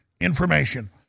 information